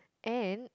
and